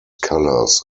colors